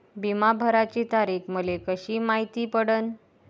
बिमा भराची तारीख मले कशी मायती पडन?